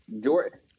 Jordan